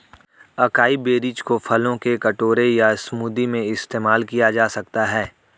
acai berries को फलों के कटोरे या स्मूदी में इस्तेमाल किया जा सकता है